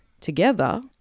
together